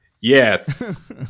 Yes